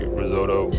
risotto